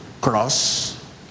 cross